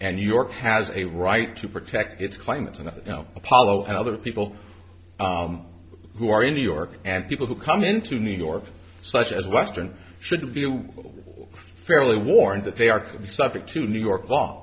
and new york has a right to protect its clients and apollo and other people who are in new york and people who come into new york such as western should be fairly warned that they are subject to new york